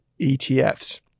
ETFs